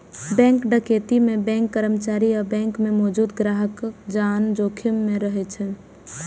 bank डकैती मे bank कर्मचारी आ बैंक मे मौजूद ग्राहकक जान जोखिम मे रहै छै